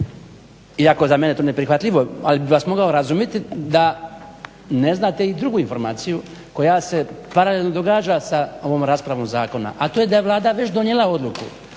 iako je za mene to neprihvatljivo, ali bih vas mogao razumjeti da ne znate i drugu informaciju koja se paralelno događa sa ovom raspravom zakona, a to je da je Vlada već donijela odluku